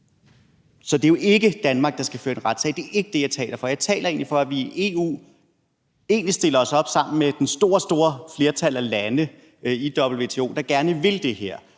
Så det er jo ikke Danmark, der skal føre en retssag. Det er ikke det, jeg taler for. Jeg taler egentlig for, at vi i EU stiller os op sammen med det store, store flertal af lande i WTO, der gerne vil det her,